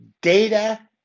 Data